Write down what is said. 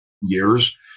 years